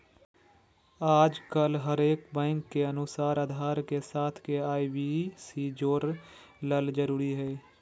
आजकल हरेक बैंक के अनुसार आधार के साथ के.वाई.सी जोड़े ल जरूरी हय